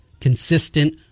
consistent